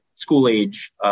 school-age